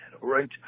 right